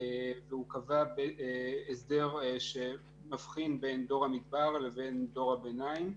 והוא קבע הסדר שמבחין בין דור המדבר לבין דור הביניים.